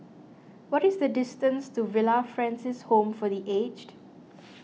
what is the distance to Villa Francis Home for the Aged